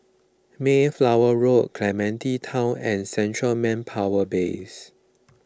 Mayflower Road Clementi Town and Central Manpower Base